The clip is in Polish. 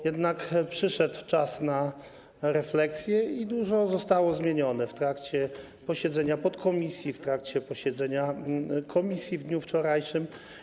Jednak przyszedł czas na refleksję i dużo zostało zmienione w trakcie posiedzenia podkomisji, w trakcie posiedzenia komisji w dniu wczorajszym.